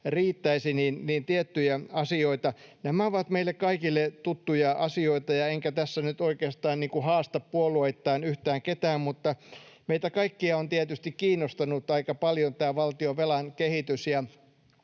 riittäisi. Tiettyjä asioita: Nämä ovat meille kaikille tuttuja asioita, enkä tässä nyt oikeastaan haasta puolueittain yhtään ketään, mutta meitä kaikkia on tietysti kiinnostanut aika paljon tämä valtionvelan kehitys.